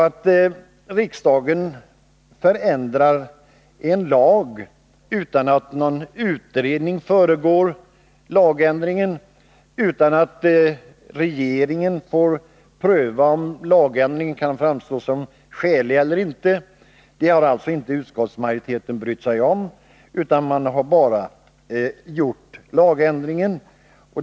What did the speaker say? Att riksdagen förändrar en lag utan att någon utredning föregår lagändringen och utan att regeringen får pröva om lagändringen kan framstå som skälig eller inte har alltså utskottsmajoriteten inte brytt sig om utan bara föreslagit lagändringen.